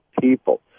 people